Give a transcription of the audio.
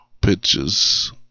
pictures